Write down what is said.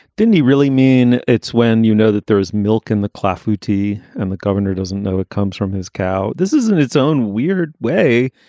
didn't he really mean it's when you know that there is milk in the cloth fluty and the governor doesn't know it comes from his cow. this is in its own weird way,